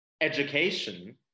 education